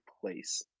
place